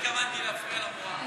לא התכוונתי להפריע למורה.